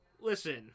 Listen